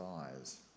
eyes